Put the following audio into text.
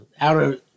outer